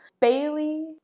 Bailey